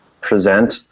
present